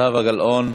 זהבה גלאון,